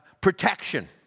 protection